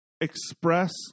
express